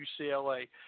UCLA